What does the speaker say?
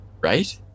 right